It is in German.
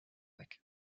weg